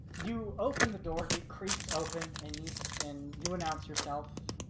you open the door it creaks open, and you so and you announce yourself?